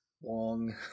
Wong